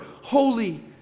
holy